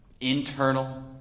internal